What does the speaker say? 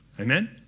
Amen